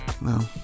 No